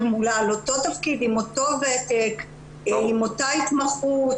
ממולה על אותו תפקיד עם אותו ותק עם אותה התמחות,